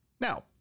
now